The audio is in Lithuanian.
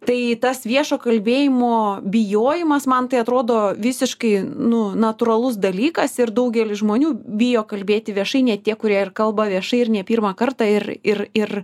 tai tas viešo kalbėjimo bijojimas man tai atrodo visiškai nu natūralus dalykas ir daugelis žmonių bijo kalbėti viešai ne tie kurie ir kalba viešai ir ne pirmą kartą ir ir ir